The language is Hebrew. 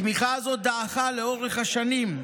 התמיכה הזאת דעכה לאורך השנים,